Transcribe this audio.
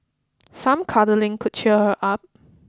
some cuddling could cheer her up